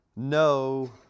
no